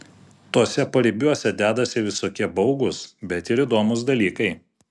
tuose paribiuose dedasi visokie baugūs bet ir įdomūs dalykai